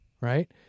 Right